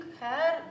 hair